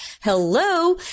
Hello